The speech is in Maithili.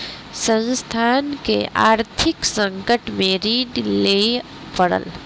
संस्थान के आर्थिक संकट में ऋण लिअ पड़ल